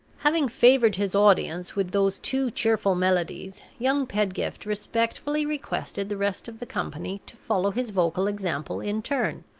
having favored his audience with those two cheerful melodies, young pedgift respectfully requested the rest of the company to follow his vocal example in turn,